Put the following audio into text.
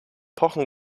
pochen